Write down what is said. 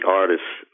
artist's